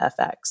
FX